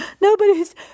nobody's